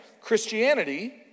Christianity